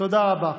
תודה רבה,